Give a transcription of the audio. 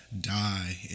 die